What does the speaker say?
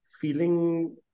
feeling